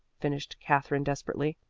finished katherine desperately.